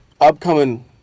upcoming